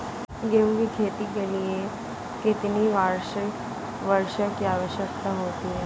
गेहूँ की खेती के लिए कितनी वार्षिक वर्षा की आवश्यकता होती है?